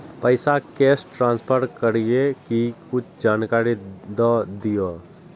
पैसा cash transfer करऐ कि कुछ जानकारी द दिअ